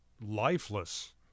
lifeless